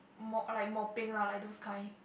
mo~ like mopping lah like those kind